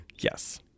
yes